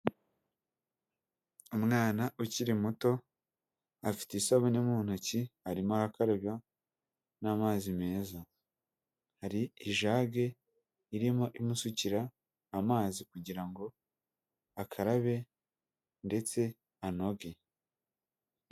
Umwana ukiri muto, afite isabune mu ntoki arimo arakaraba n'amazi meza, hari ijage irimo imusukira amazi kugira ngo akarabe ndetse anoge.